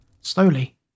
Slowly